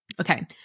Okay